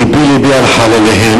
לבי לבי על חלליהם,